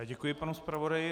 Děkuji panu zpravodaji.